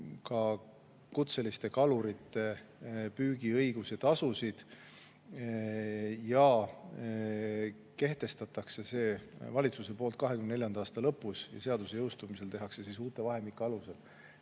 ka kutseliste kalurite püügiõiguse tasusid. Need kehtestatakse valitsuse poolt 2024. aasta lõpus ja seaduse jõustumise korral tehakse see uute vahemike alusel.